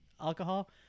alcohol